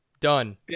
done